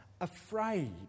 afraid